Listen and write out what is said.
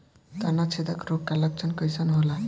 तना छेदक रोग का लक्षण कइसन होला?